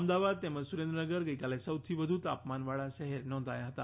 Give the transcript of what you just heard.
અમદાવાદ તેમજ સુરેન્દ્રનગર ગઇકાલે સૌથી વધુ તાપમાન વાળા શહેર નોંધાયા ફતા